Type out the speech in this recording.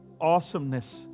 awesomeness